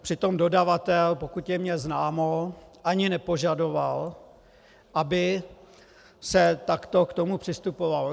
Přitom dodavatel, pokud je mi známo, ani nepožadoval, aby se takto k tomu přistupovalo.